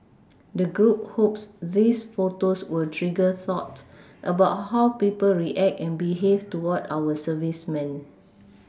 the group hopes these photos will trigger thought about how people react and behave toward our servicemen